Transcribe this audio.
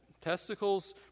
testicles